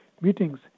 meetings